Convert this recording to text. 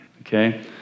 okay